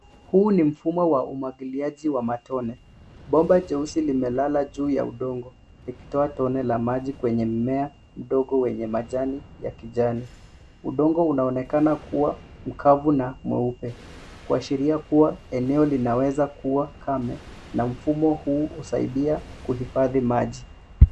Huu ni mfumo wa umwagiliaji wa matone, bomba jeusi limelala juu ya udongo, likitoa tone la maji kwenye mmea mdogo wenye majani ya kijani .Udongo unaonekana kuwa mkavu na mweupe ,kuashiria kuwa eneo linaweza kuwa kame, na mfumo huu husaidia kuhifadhi maji.